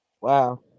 Wow